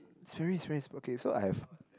Sperry's Sperry's okay so I have